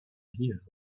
heard